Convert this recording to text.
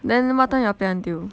then what time you all play until